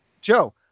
Joe